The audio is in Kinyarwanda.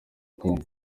kongo